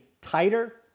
tighter